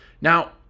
Now